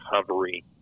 recovery